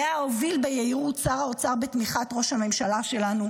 שאליה הוביל ביהירות שר האוצר בתמיכת ראש הממשלה שלנו,